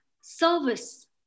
service